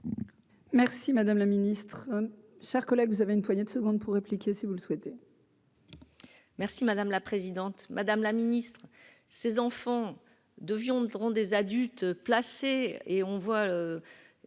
Merci madame la Ministre, chers collègues, vous avez une poignée de secondes pour répliquer si vous le souhaitez. Merci madame la présidente, madame la ministre, ces enfants de viande devront des adultes placés et on voit